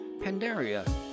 Pandaria